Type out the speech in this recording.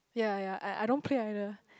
yea yea I don't play either